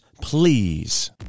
please